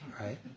Right